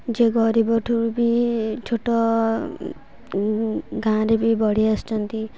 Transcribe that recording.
ଯେ ଗରିବଠୁ ବି ଛୋଟ ଗାଁରେ ବି ବଢ଼ିଆସୁଛନ୍ତି